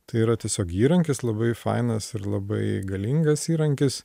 tai yra tiesiog įrankis labai fainas ir labai galingas įrankis